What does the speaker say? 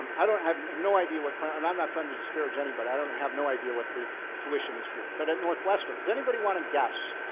i don't have um no idea what, and i'm not trying to disparage anybody. i don't have no idea what the tuition is here. but at northwestern, does anybody want to guess,